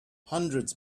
hundreds